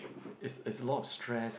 it's it's a lot of stress